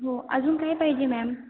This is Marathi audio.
हो अजून काय पाहिजे मॅम